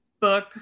book